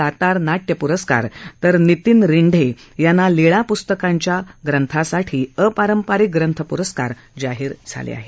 दातार नाट्य प्रस्कार तर नितीन रिंढे यांना लीळा प्स्तकांच्या या ग्रंथासाठी अपारंपरिक ग्रंथ प्रस्कार जाहीर झाले आहेत